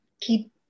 keep